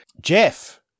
Jeff